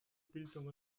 bildung